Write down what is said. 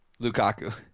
lukaku